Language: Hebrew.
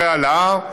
אחרי ההעלאה,